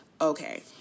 Okay